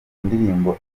ndirimbo